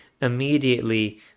immediately